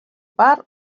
bar